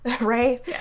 right